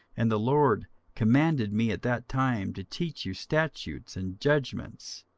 and the lord commanded me at that time to teach you statutes and judgments,